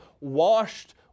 washed